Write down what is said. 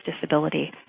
disability